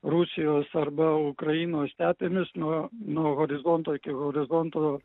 rusijos arba ukrainos stepėmis nuo nuo horizonto iki horizonto